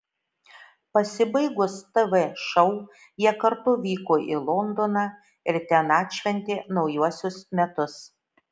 pasibaigus tv šou jie kartu vyko į londoną ir ten atšventė naujuosius metus